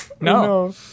No